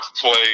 played